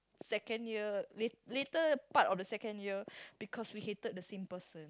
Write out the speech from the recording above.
second year late later part of the second year because we hated the same person